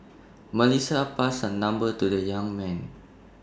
Melissa passed her number to the young man